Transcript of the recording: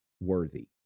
worthy